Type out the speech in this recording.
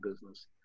business